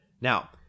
Now